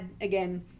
again